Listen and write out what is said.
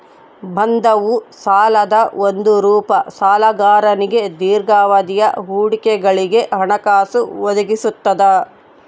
ಬಂಧವು ಸಾಲದ ಒಂದು ರೂಪ ಸಾಲಗಾರನಿಗೆ ದೀರ್ಘಾವಧಿಯ ಹೂಡಿಕೆಗಳಿಗೆ ಹಣಕಾಸು ಒದಗಿಸ್ತದ